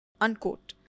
unquote